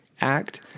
Act